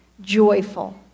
joyful